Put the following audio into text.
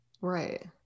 right